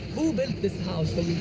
who built this house